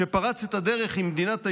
כשפרץ את הדרך עם "מדינת היהודים"